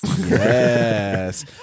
yes